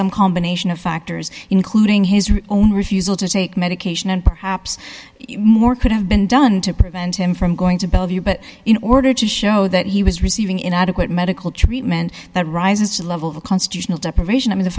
some combination of factors including his own refusal to take medication and perhaps more could have been done to prevent him from going to bellevue but in order to show that he was receiving inadequate medical treatment that rises to the level of a constitutional deprivation